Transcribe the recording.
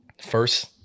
First